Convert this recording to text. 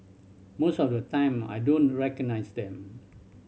most of the time I don't recognise them